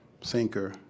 sinker